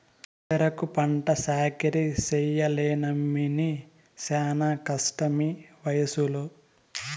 సెరుకు పంట సాకిరీ చెయ్యలేనమ్మన్నీ శానా కష్టమీవయసులో